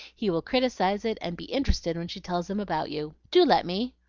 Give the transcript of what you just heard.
he will criticise it, and be interested when she tells him about you. do let me!